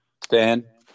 Dan